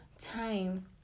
time